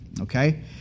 okay